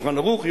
'שולחן ערוך',